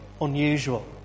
unusual